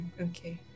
okay